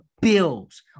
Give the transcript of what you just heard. Bills